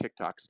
TikToks